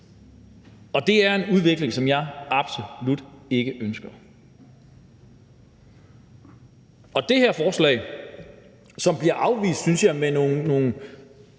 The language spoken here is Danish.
Og det er en udvikling, som jeg absolut ikke ønsker. Det her forslag bliver afvist med nogle